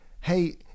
hey